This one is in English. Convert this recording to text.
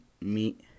meet